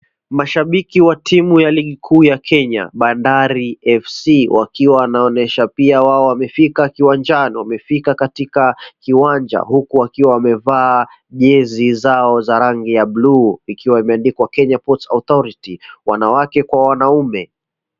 Mashabiki wa timu ya Ligi Kuu ya Kenya, Bandari FC. Wakiwa wanaonyesha pia wao wamefika kiwanjani, wamefika katika kiwanja huku wakiwa wamevaa jezi zao rangi ya blue zikiwa zimeandikwa Kenya Ports Authority. Wanawake kwa wanaume.